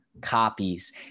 copies –